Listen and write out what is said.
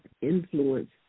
influence